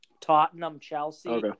Tottenham-Chelsea